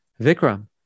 Vikram